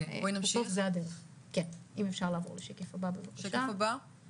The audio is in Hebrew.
בכל מדינות העולם